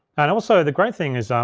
and also, the great thing is, um